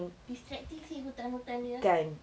distractive seh hutan-hutan dia